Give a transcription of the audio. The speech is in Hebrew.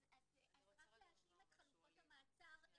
אז רק להשלים את חלופות המעצר.